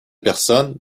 personnes